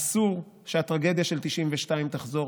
אסור שהטרגדיה של 1992 תחזור,